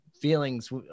feelings